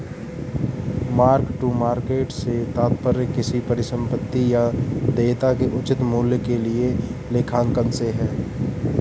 mark to market से तात्पर्य किसी परिसंपत्ति या देयता के उचित मूल्य के लिए लेखांकन से है